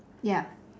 yup